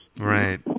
Right